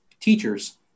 teachers